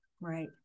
Right